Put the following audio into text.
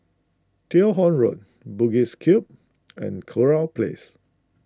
Teo Hong Road Bugis Cube and Kurau Place